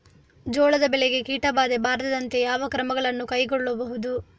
ಜೋಳದ ಬೆಳೆಗೆ ಕೀಟಬಾಧೆ ಬಾರದಂತೆ ಯಾವ ಕ್ರಮಗಳನ್ನು ಕೈಗೊಳ್ಳಬಹುದು?